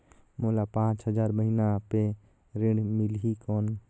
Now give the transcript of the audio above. मोला पांच हजार महीना पे ऋण मिलही कौन?